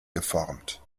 geformt